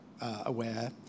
aware